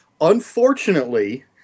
Unfortunately